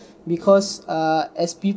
because err as people